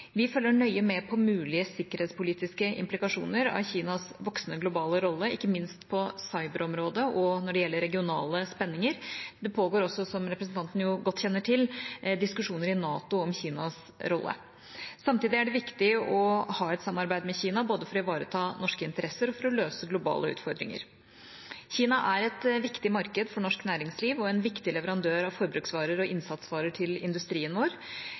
Vi følger nøye med på mulige sikkerhetspolitiske implikasjoner av Kinas voksende globale rolle, ikke minst på cyberområdet og når det gjelder regionale spenninger. Det pågår også, som representanten godt kjenner til, diskusjoner i NATO om Kinas rolle. Samtidig er det viktig å ha et samarbeid med Kina, både for å ivareta norske interesser og for å løse globale utfordringer. Kina er et viktig marked for norsk næringsliv og en viktig leverandør av forbruksvarer og innsatsvarer til industrien vår.